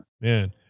man